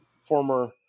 former